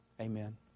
Amen